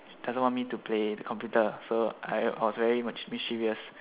she doesn't want me to play the computer so I was very much mischievous